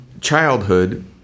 childhood